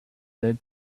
that